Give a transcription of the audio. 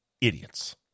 Idiots